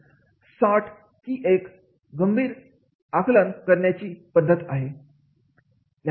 SWOT हीसुद्धा एक गंभीर आपलं करण्याची पद्धत